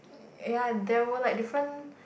ya there were like different